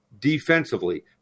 Defensively